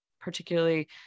particularly